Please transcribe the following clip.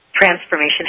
transformation